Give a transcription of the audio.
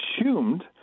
assumed